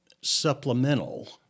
supplemental